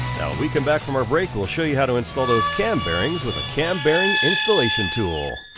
we come back from our break we'll show you how to install those cam bearings with a cam bearing installation tool